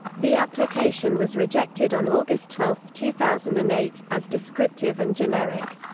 the application was rejected on august twelve, two thousand and eight, as descriptive and generic.